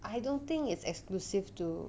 I don't think is exclusive to